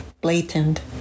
Blatant